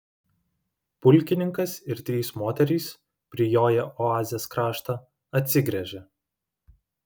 pulkininkas ir trys moterys prijoję oazės kraštą atsigręžė